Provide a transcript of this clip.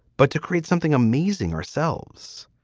but to create something amazing ourselves